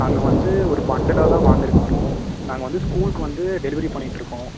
நாங்கள் வந்து ஒரு பண்டுலாகதான் வாங்கிறக்கு வரோம் நாங்கள் வந்து ஸ்கூலுக்கு வந்து டெலிவரி பண்ணிகிட்ருக்கோம்